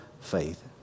faith